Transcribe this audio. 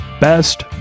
Best